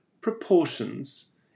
proportions